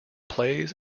plays